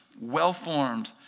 well-formed